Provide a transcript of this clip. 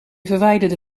verwijderde